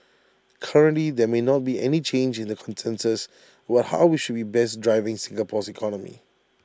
currently there may not be any change in the consensus about how we should be best driving Singapore's economy